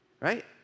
right